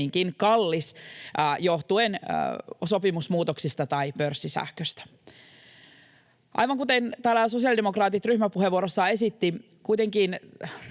kallis, johtuen sopimusmuutoksista tai pörssisähköstä. Aivan kuten täällä sosiaalidemokraatit ryhmäpuheenvuorossaan esittivät, kuitenkin